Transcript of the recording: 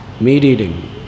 meat-eating